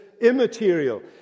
immaterial